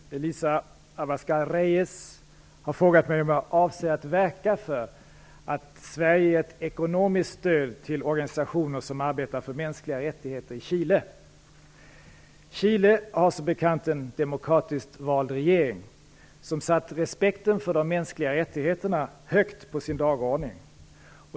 Herr talman! Elisa Abascal Reyes har frågat mig om jag avser att verka för att Sverige ger ett ekonomiskt stöd till organisationer som arbetar för mänskliga rättigheter i Chile. Chile har en demokratiskt vald regering, som satt respekten för de mänskliga rättigheterna högt på sin dagordning.